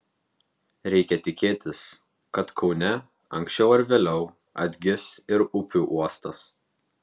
reikia tikėtis kad kaune anksčiau ar vėliau atgis ir upių uostas